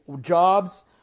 jobs